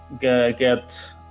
get